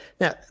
Now